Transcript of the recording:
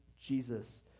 Jesus